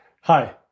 Hi